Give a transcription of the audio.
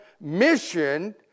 mission